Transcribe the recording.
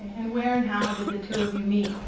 and where and how did the two of you meet?